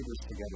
together